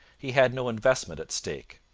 he had no investment at stake.